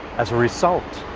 as a result,